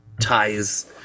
ties